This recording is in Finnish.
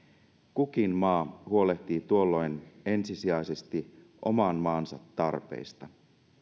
kukin maa huolehtii tuolloin ensisijaisesti oman maansa tarpeista